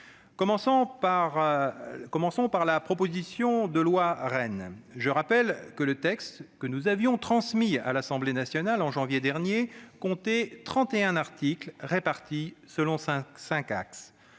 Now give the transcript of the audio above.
Commençons par la proposition de loi REEN. Je rappelle que le texte que nous avions transmis à l'Assemblée nationale en janvier dernier comptait 31 articles répartis selon cinq axes